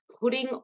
putting